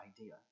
idea